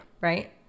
right